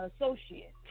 associate